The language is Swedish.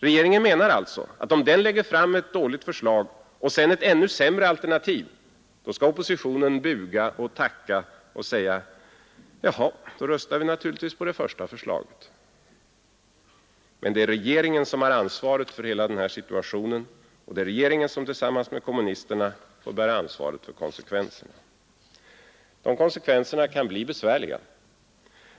Regeringen menar alltså att om den lägger fram ett dåligt förslag och sedan ett ännu sämre alternativ — då skall oppositionen buga och tacka och säga: ”Jaha, då röstar vi naturligtvis på det första förslaget.” Men det är regeringen som har ansvaret för hela denna situation, och det är regeringen som tillsammans med kommunisterna får bära ansvaret för konsekvenserna. Och konsekvenserna kan bli besvärliga.